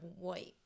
white